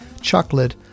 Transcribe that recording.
chocolate